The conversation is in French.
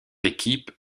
équipes